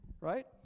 Right